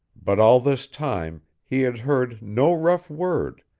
but all this time he had heard no rough word,